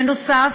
בנוסף,